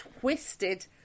twisted